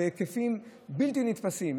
וזה בהיקפים בלתי נתפסים.